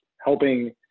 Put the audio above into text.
helping